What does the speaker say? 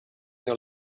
your